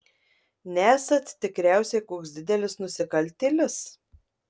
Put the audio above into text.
nesat tikriausiai koks didelis nusikaltėlis